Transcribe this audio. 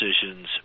decisions